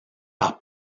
par